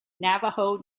navajo